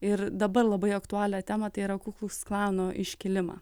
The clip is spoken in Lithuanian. ir dabar labai aktualią temą tai yra kukluks klano iškilimą